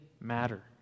matter